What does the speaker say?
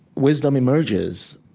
wisdom emerges.